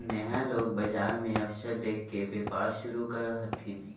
नया लोग बाजार मे अवसर देख के व्यापार शुरू करो हथिन